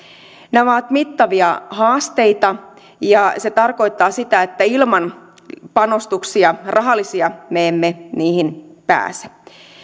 nämä ovat mittavia haasteita ja se tarkoittaa sitä että ilman rahallisia panostuksia me emme niihin pääse